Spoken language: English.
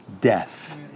death